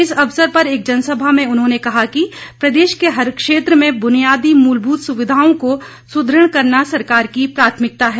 इस अवसर पर एक जनसभा में उन्होंने कहा कि प्रदेश के हर क्षेत्र में बुनियादी मूलभूत सुविधाओं को सुदृढ़ करना सरकार की प्राथमिकता है